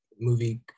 movie